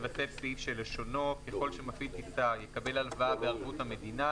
יתווסף סעיף שלשונו: "ככל שמפעיל טיסה יקבל הלוואה בערבות המדינה,